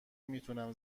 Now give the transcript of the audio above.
میتونم